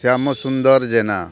Shyamsundar Jena